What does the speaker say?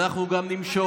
ואנחנו גם נמשול,